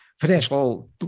financial